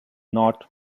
not